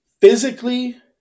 physically